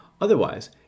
Otherwise